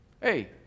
Hey